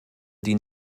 die